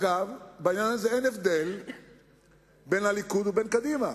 אגב, בעניין הזה אין הבדל בין הליכוד ובין קדימה,